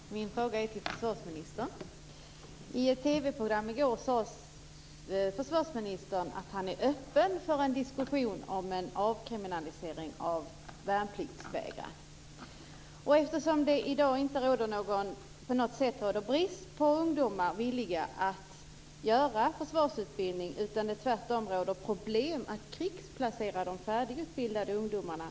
Herr talman! Min fråga riktar sig till försvarsministern. I ett TV-program i går sade försvarsministern att han är öppen för en diskussion om en avkriminalisering av värnpliktsvägran. I dag råder det inte på något sätt brist på ungdomar som är villiga att genomgå försvarsutbildning - tvärtom är det problem att krigsplacera de färdigutbildade ungdomarna.